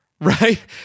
Right